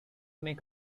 make